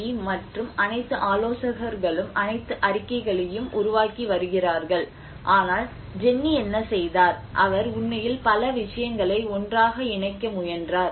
B மற்றும் அனைத்து ஆலோசகர்களும் அனைத்து அறிக்கைகளையும் உருவாக்கி வருகிறார்கள் ஆனால் ஜென்னி என்ன செய்தார் அவர் உண்மையில் பல விஷயங்களை ஒன்றாக இணைக்க முயன்றார்